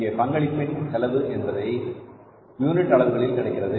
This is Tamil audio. இங்கே பங்களிப்பின் செலவு என்பது யூனிட் அளவுகளில் கிடைக்கிறது